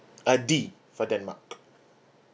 uh D for denmark